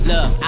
Look